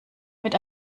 mit